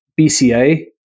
BCA